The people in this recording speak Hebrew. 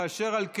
ואשר על כן,